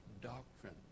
doctrine